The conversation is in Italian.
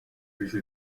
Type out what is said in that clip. fece